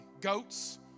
goats